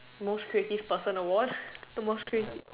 most creative person award the most creative